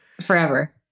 forever